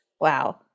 Wow